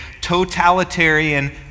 totalitarian